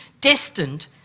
destined